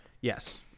Yes